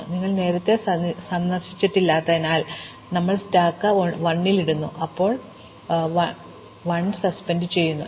അതിനാൽ നിങ്ങൾ നേരത്തെ സന്ദർശിച്ചിട്ടില്ലാത്തതിനാൽ ഞങ്ങൾ 1 സ്റ്റാക്കിൽ ഇടുന്നു ഇപ്പോൾ ഞങ്ങൾ 1 സസ്പെൻഡ് ചെയ്യുന്നു